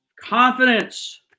confidence